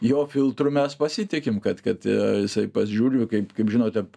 jo filtru mes pasitikim kad kad jisai pats žiūri kaip žinote